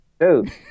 Dude